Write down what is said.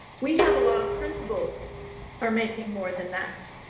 we have a lot of principals are making more than that.